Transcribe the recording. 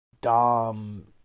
dom